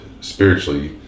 spiritually